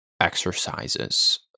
exercises